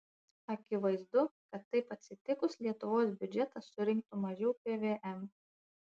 akivaizdu kad taip atsitikus lietuvos biudžetas surinktų mažiau pvm